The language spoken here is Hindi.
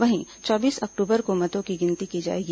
वहीं चौबीस अक्टूबर को मतों की गिनती की जाएगी